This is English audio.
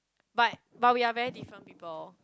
but but we are very different people